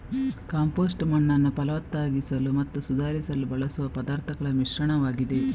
compost ಮಣ್ಣನ್ನು ಫಲವತ್ತಾಗಿಸಲು ಮತ್ತು ಸುಧಾರಿಸಲು ಬಳಸುವ ಪದಾರ್ಥಗಳ ಮಿಶ್ರಣವಾಗಿದೆ